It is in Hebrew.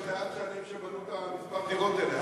יש מעט שנים שבנו בהן את מספר הדירות האלה.